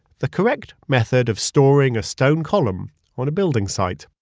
the correct method of storing a stone column on a building site.